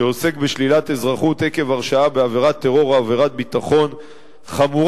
שעוסק בשלילת אזרחות עקב הרשעה בעבירת טרור או עבירת ביטחון חמורה,